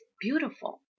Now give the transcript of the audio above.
beautiful